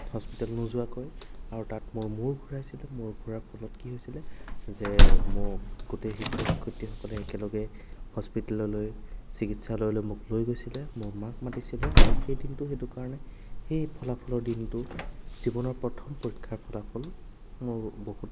hospital নোযোৱাকৈ আৰু তাত মোৰ মূৰ ঘূৰাইছিলে মূৰ ঘূৰোৱাৰ ফলত কি হৈছিল যে মোক গোটেই শিক্ষক শিক্ষয়িত্ৰীসকলে একেলগে হস্পিতাললৈ চিকিৎসালয়লৈ মোক লৈ গৈছিল মোৰ মাক মাতিছিল আৰু সেই দিনটো সেইটো কাৰণে সেই ফলাফলৰ দিনটো জীৱনৰ প্ৰথম পৰীক্ষাৰ ফলাফল মোৰ বহুত